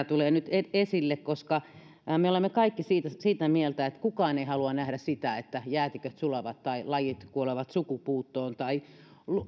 tulee nyt esille koska me olemme kaikki sitä mieltä että kukaan ei halua nähdä sitä että jäätiköt sulavat tai lajit kuolevat sukupuuttoon tai